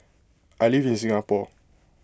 I live in Singapore